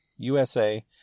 USA